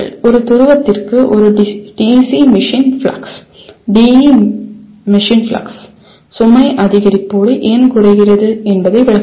ஒரு துருவத்திற்கு ஒரு DC machine flux DE machine flux சுமை அதிகரிப்போடு ஏன் குறைகிறது என்பதை விளக்குங்கள்